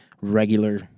regular